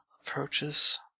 approaches